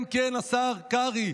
כן כן, השר קרעי,